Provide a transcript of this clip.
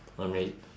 ama~